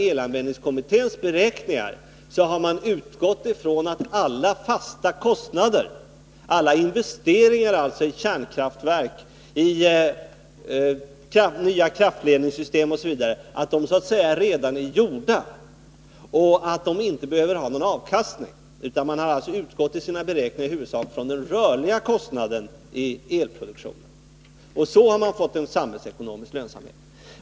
Elanvändningskommitténs beräkningar utgår nämligen från att alla fasta kostnader, alltså alla investeringar i kärnkraftverk, nya kraftledningssystem m.m., så att säga redan är gjorda och att de inte behöver ge någon avkastning. Man har alltså i sina beräkningar utgått från den rörliga kostnaden i elproduktionen, och på det sättet har man fått en samhällsekonomisk lönsamhet.